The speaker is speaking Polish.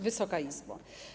Wysoka Izbo!